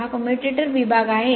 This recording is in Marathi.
हा कम्युटेटर विभाग आहे